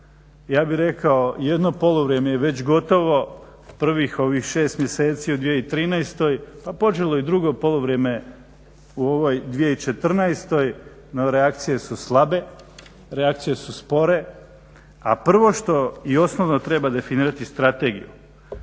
ja bih rekao jedno poluvrijeme je već gotovo, prvih ovih 6 mjeseci u 2013 pa počelo je i drugo poluvrijeme u ovoj 2014.no reakcije su slabe, reakcije su spore. A prvo što i osnovno treba definirati strategiju.